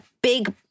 big